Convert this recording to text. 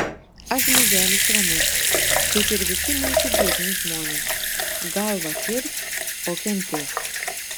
aš žmogelis ramus kaip ir visi mūsų biedni žmonės galvą kirs o kentės